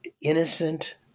innocent